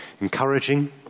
encouraging